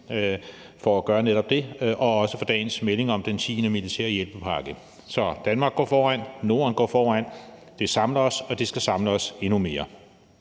for at sørge for netop det og også for dagens melding om den tiende militære hjælpepakke. Så Danmark går foran, Norden går foran, det samler os, og det skal samle os endnu mere.